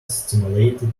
stimulated